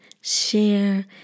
share